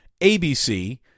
ABC